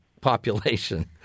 population